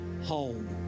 home